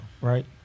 right